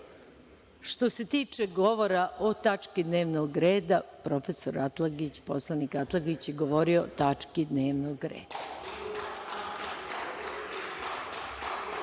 se tiče govora o tački dnevnog reda, profesor Atlagić, poslanik Atlagić je govorio o tački dnevnog reda.(Saša